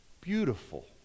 beautiful